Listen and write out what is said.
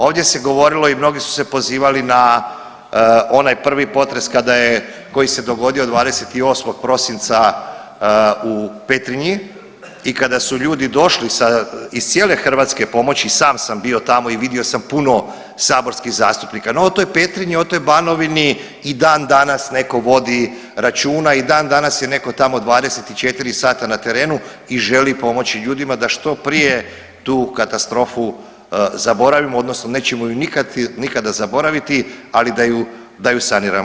Ovdje se govorilo i mnogi su se pozivali na onaj prvi potres kada je, koji se dogodio 28. prosinca u Petrinji i kada su ljudi došli sa, iz cijele Hrvatske pomoći i sam sam bio tamo i vidio sam puno saborskih zastupnika, no o toj Petrinji i o toj Banovini i dan danas neko vodi računa i dan danas je neko tamo 24 sata na terenu i želi pomoći ljudima da što prije tu katastrofu zaboravimo odnosno nećemo ju nikad, nikada zaboraviti, ali da ju, da ju saniramo.